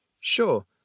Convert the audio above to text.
Sure